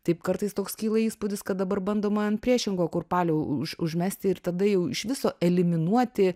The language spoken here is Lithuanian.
taip kartais toks kyla įspūdis kad dabar bandoma ant priešingo kurpalio už užmesti ir tada jau iš viso eliminuoti